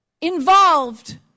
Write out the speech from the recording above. involved